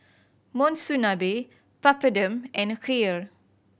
Monsunabe Papadum and Kheer